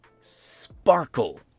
sparkle